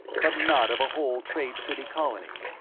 but not of a whole trade city colony.